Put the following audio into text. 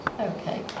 Okay